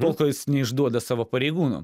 tol kol jis neišduoda savo pareigūnų